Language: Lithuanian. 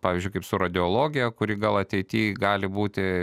pavyzdžiui kaip su radiologija kuri gal ateity gali būti